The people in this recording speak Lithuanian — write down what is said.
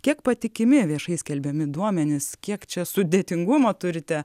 kiek patikimi viešai skelbiami duomenys kiek čia sudėtingumo turite